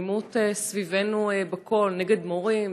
האלימות סביבנו בכול: נגד מורים,